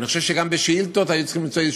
אני חושב שגם בשאילתות היו צריכים למצוא איזה